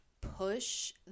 push